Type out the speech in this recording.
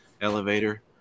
elevator